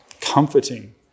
comforting